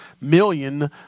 million